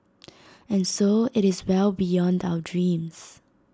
and so IT is well beyond our dreams